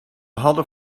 hadden